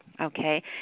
Okay